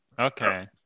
Okay